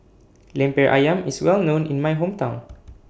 Lemper Ayam IS Well known in My Hometown